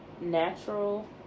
natural